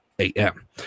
A-M